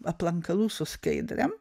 aplankalų su skaidrėm